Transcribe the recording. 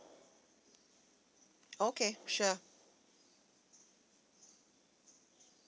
okay sure